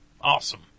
Awesome